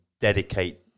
dedicate